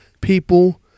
people